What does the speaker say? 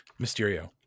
Mysterio